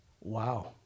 wow